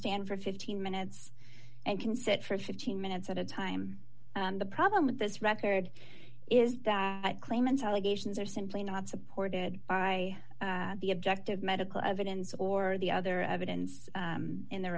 stand for fifteen minutes and can sit for fifteen minutes at a time and the problem with this record is that claimants allegations are simply not supported by the objective medical evidence or the other evidence in the